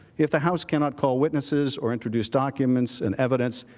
if the house cannot call witnesses or introduce documented and evidence,